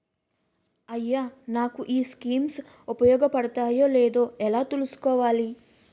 అయ్యా నాకు ఈ స్కీమ్స్ ఉపయోగ పడతయో లేదో ఎలా తులుసుకోవాలి?